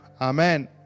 Amen